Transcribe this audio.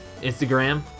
Instagram